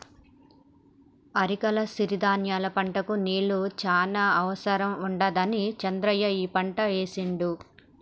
అరికల సిరి ధాన్యాల పంటకు నీళ్లు చాన అవసరం ఉండదని చంద్రయ్య ఈ పంట ఏశిండు